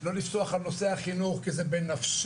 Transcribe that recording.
לא לפסוח על נושא החינוך כי זה בנפשנו,